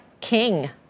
king